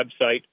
website